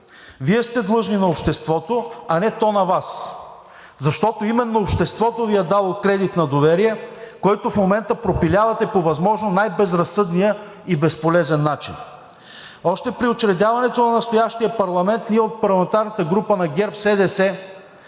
Вие сте длъжни на обществото, а не то на Вас, защото именно обществото Ви е дало кредит на доверие, който в момента пропилявате по възможно най безразсъдния и безполезен начин. Още при учредяването на настоящия парламент ние от парламентарната група на ГЕРБ-СДС